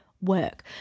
work